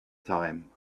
time